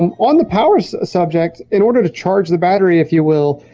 um on the power so subject, in order to charge the battery if you will,